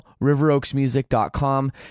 riveroaksmusic.com